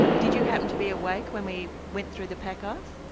did you happen to be awake when we went through the pack ah ice?